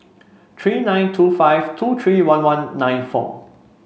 three nine two five two three one one nine four